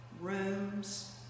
rooms